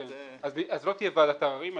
לא תהיה ועדת עררים,